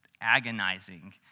agonizing